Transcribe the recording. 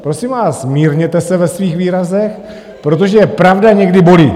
Prosím vás, mírněte se ve svých výrazech, protože pravda někdy bolí!